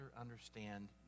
understand